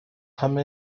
come